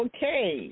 Okay